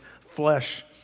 flesh